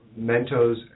Mentos